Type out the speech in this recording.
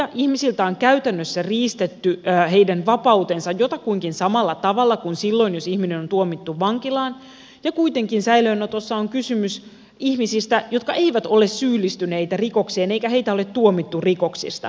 ihmisiltä on käytännössä riistetty heidän vapautensa jotakuinkin samalla tavalla kuin silloin jos ihminen on tuomittu vankilaan ja kuitenkin säilöönotossa on kysymys ihmisistä jotka eivät ole syyllistyneet rikokseen ja joita ei ole tuomittu rikoksista